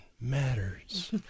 matters